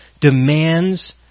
demands